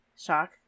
shock